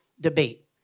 debate